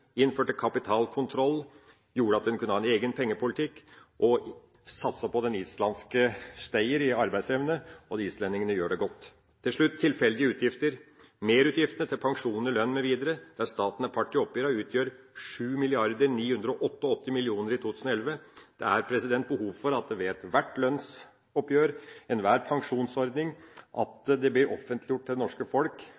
innførte kapitalkontroll, gjorde at en kunne ha en egen pengepolitikk, og satset på den islandske stayer i arbeidsevne. Islendingene gjør det godt. Helt til slutt tilfeldige utgifter. Merutgiftene til pensjoner/lønn mv. der staten er part i oppgjøret, utgjør 7 988 mill. kr i 2011. Det er behov for at det ved ethvert lønnsoppgjør og ved enhver pensjonsordning